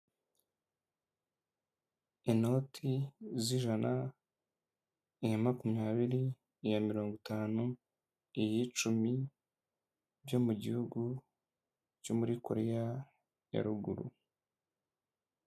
Inoti z'ijana, iya makumyabiri, iya mirongo itanu, iyi cumi byo mu gihugu cyo muri Korea ya ruguru.